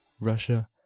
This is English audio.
Russia